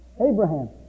Abraham